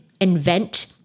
invent